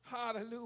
Hallelujah